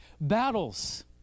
battles